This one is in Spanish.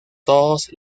todos